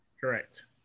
Correct